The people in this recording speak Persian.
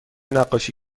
نقاشی